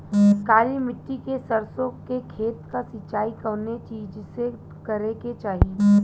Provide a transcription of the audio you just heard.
काली मिट्टी के सरसों के खेत क सिंचाई कवने चीज़से करेके चाही?